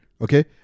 Okay